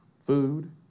food